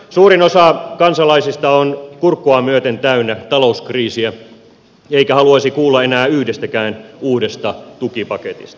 suurin osa kansalaisista on kurkkuaan myöten täynnä talouskriisiä eikä haluaisi kuulla enää yhdestäkään uudesta tukipaketista